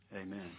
Amen